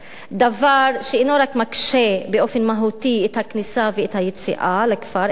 דבר שלא רק מקשה באופן מהותי את הכניסה ואת היציאה לכפר אלא גם